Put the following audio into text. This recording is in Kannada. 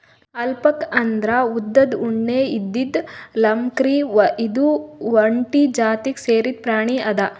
ಅಲ್ಪಾಕ್ ಅಂದ್ರ ಉದ್ದ್ ಉಣ್ಣೆ ಇದ್ದಿದ್ ಲ್ಲಾಮ್ಕುರಿ ಇದು ಒಂಟಿ ಜಾತಿಗ್ ಸೇರಿದ್ ಪ್ರಾಣಿ ಅದಾ